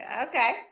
okay